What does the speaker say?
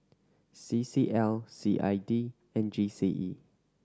C C L C I D and G C E